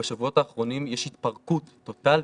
בשבועות האחרונים יש התפרקות טוטאלית,